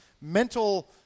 mental